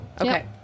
okay